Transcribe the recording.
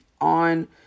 on